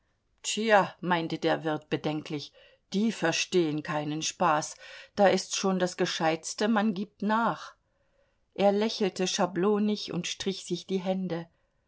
tja meinte der wirt bedenklich die verstehen keinen spaß da ist's schon das gescheitste man gibt nach er lächelte schablonig und strich sich die hände